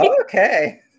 Okay